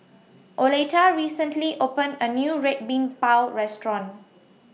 Oleta recently opened A New Red Bean Bao Restaurant